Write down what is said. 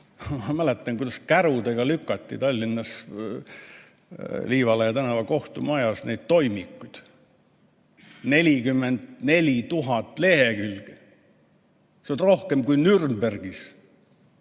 Ma mäletan, kuidas kärudega lükati Tallinnas Liivalaia tänava kohtumajas neid toimikuid. 44 000 lehekülge! Seda oli rohkem kui Nürnbergis.